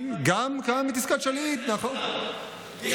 אין